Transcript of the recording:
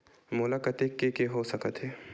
मोला कतेक के के हो सकत हे?